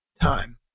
time